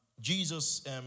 Jesus